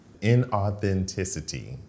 Inauthenticity